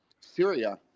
Syria